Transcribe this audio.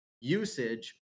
usage